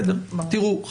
תראו,